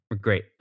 Great